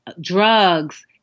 drugs